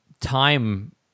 time